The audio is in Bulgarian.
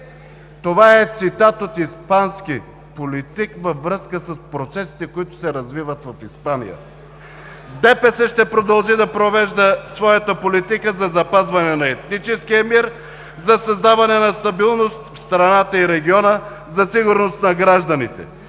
Това е цитат от испански политик във връзка с процесите, които се развиват в Испания. ДПС ще продължи да провежда своята политика за запазване на етническия мир, за създаване на стабилност в страната и региона, за сигурност на гражданите